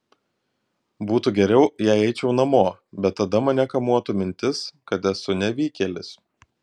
būtų geriau jei eičiau namo bet tada mane kamuotų mintis kad esu nevykėlis